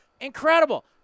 Incredible